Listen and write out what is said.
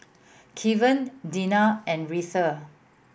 Kevan Dina and Retha